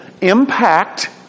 impact